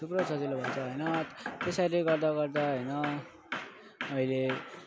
थुप्रो सजिलो भएको छ होइन त्यसैले गर्दा गर्दा होइन अहिले